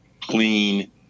clean